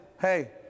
hey